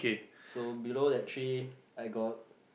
so below that tree I got